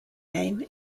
name